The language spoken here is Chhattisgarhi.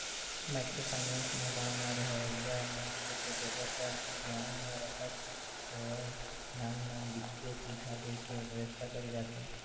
माइक्रो फाइनेंस म गाँव म रहवइया मनखे के जरुरत ल धियान म रखत होय नान नान बित्तीय सुबिधा देय के बेवस्था करे जाथे